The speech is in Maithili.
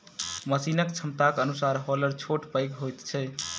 मशीनक क्षमताक अनुसार हौलर छोट पैघ होइत छै